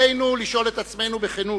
עלינו לשאול את עצמנו בכנות: